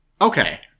Okay